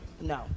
No